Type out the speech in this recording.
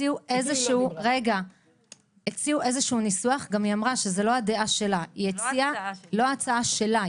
הציעו איזשהו ניסוח וגם היא אמרה שזו לא ההצעה שלה.